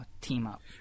team-up